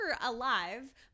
alive